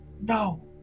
No